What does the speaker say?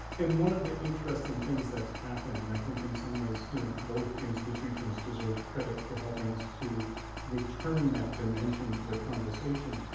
and one of the interesting things that's happened, and i think in some ways you know both institutions deserve credit for helping us to return that dimension to the conversation.